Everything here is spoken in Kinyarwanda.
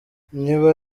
niba